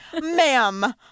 ma'am